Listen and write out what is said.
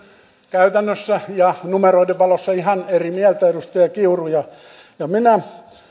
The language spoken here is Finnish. käytännössä ja numeroiden valossa ihan eri mieltä edustaja kiuru ja minä